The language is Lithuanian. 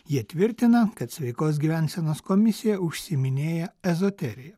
jie tvirtina kad sveikos gyvensenos komisija užsiiminėja ezoterija